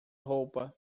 roupa